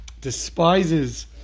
despises